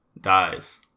dies